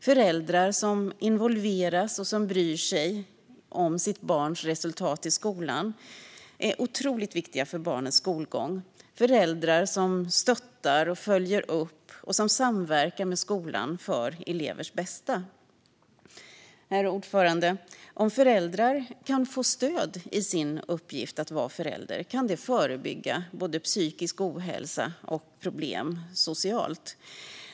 Föräldrar som involverar sig och bryr sig om sitt barns resultat i skolan är otroligt viktiga för barnens skolgång - föräldrar som stöttar, följer upp och samverkar med skolan för elevers bästa. Herr talman! Om föräldrar kan få stöd i sin uppgift att vara förälder kan det förebygga både psykisk ohälsa och problem socialt.